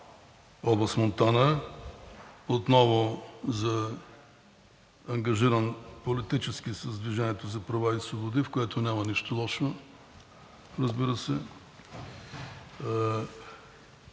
област Монтана, отново ангажиран политически с „Движение за права и свободи“, в което няма нищо лошо, разбира се.